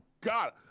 God